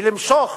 ולמשוך